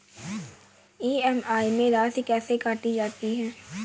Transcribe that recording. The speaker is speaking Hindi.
ई.एम.आई में राशि कैसे काटी जाती है?